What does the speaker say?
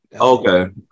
okay